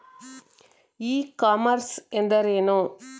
E commerce ಎಂದರೇನು?